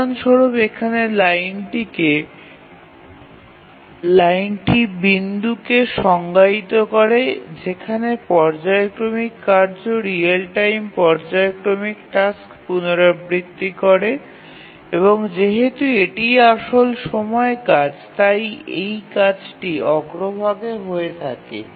উদাহরণ স্বরূপ এখানে লাইনটি বিন্দুকে সংজ্ঞায়িত করে যেখানে পর্যায়ক্রমিক কার্য রিয়েলটাইম পর্যায়ক্রমিক টাস্ক পুনরাবৃত্তি করে এবং যেহেতু এটিই আসল সময় কাজ তাই এই কাজটি অগ্রভাগে হয়ে থাকে